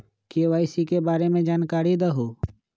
KYC के बारे में जानकारी दहु?